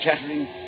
chattering